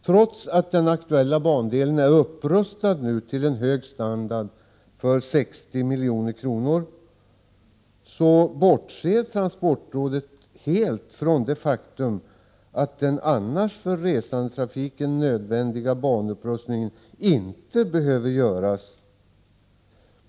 Trots att den aktuella bandelen nu är upprustad för 60 milj.kr. till hög standard bortser transportrådet helt från det faktum att den annars för resandetrafiken nödvändiga banupprustningen inte behöver göras.